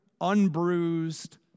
unbruised